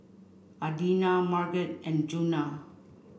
Adina Marget and Djuna